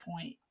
point